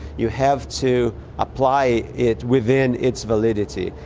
you have to apply it within its validity,